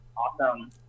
Awesome